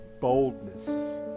boldness